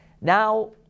Now